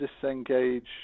disengage